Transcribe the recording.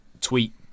tweet